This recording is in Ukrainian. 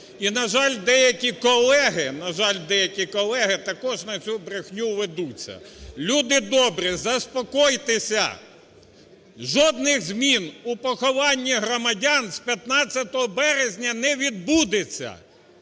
на жаль, деякі колеги також на цю брехню ведуться. Люди добрі, заспокойтеся, жодних змін у похованні громадян з 15 березня не відбудеться.